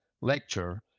lecture